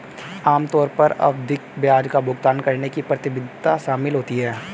आम तौर पर आवधिक ब्याज का भुगतान करने की प्रतिबद्धता शामिल होती है